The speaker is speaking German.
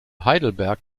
heidelberg